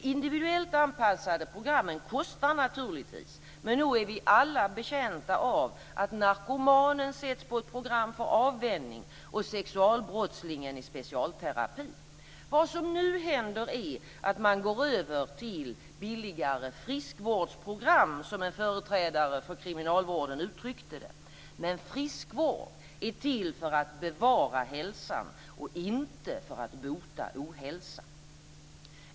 De individuellt anpassade programmen kostar naturligtvis, men nog är vi alla betjänta av att narkomanen sätts på ett program för avvänjning och att sexualbrottslingen i specialterapi. Vad som nu händer är att man går över till billigare friskvårdsprogram - som en företrädare för kriminalvården uttryckte det - men friskvård är till för att bevara hälsan och inte för att bota ohälsa.